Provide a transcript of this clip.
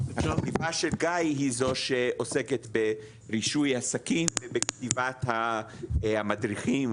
החטיבה של גיא היא זו שעוסקת ברישוי עסקים ובכתיבת המדריכים,